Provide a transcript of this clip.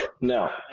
no